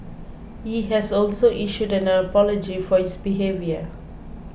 he has also issued an apology for his behaviour